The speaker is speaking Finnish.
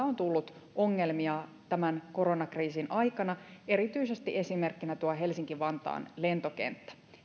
on on tullut ongelmia koronakriisin aikana erityisesti esimerkkinä tuo helsinki vantaan lentokenttä